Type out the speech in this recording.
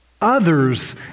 others